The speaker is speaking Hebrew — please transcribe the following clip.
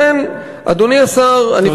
לכן, אדוני השר, תודה.